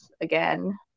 again